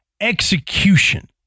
execution